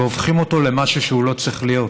והופכים אותו למשהו שהוא לא צריך להיות,